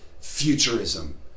futurism